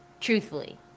Truthfully